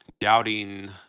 doubting